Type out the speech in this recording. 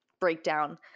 breakdown